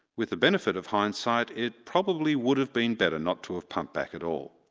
with the benefit of hindsight it probably would have been better not to have pumped back at all.